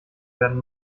werden